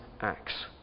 acts